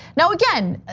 now, again,